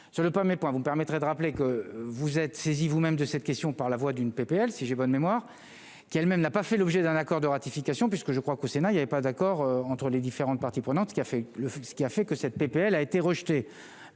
sur le 1er point, vous me permettrez de rappeler que vous êtes saisis vous-même de cette question par la voix d'une PPL si j'ai bonne mémoire, qui elle-même n'a pas fait l'objet d'un accord de ratification puisque je crois qu'au Sénat il y avait pas d'accord entre les différentes parties prenantes qui a fait le ce qui a fait que cette PPL a été rejetée